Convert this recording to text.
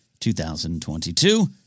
2022